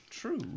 True